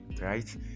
right